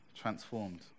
transformed